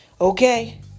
Okay